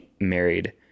married